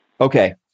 Okay